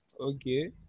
Okay